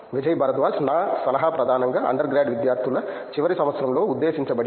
విజయ్ భరద్వాజ్ నా సలహా ప్రధానంగా అండర్గ్రాడ్ విద్యార్థుల చివరి సంవత్సరంలో ఉద్దేశించబడింది